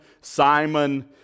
Simon